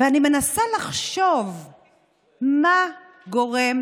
ואני מנסה לחשוב מה גורם